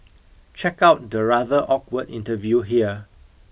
check out the rather awkward interview here